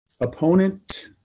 opponent